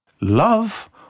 Love